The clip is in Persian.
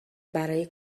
برای